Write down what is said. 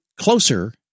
closer